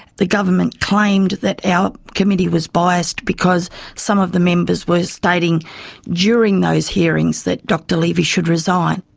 the government claimed that our committee was biased because some of the members were stating during those hearings that dr levy should resign.